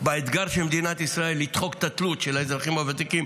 באתגר של מדינת ישראל לדחות את התלות של האזרחים הוותיקים,